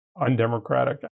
undemocratic